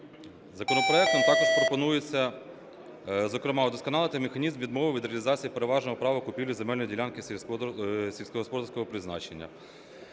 Законопроектом також пропонується, зокрема, удосконалити механізм відмови від реалізації переважного права купівлі земельної ділянки сільськогосподарського призначення.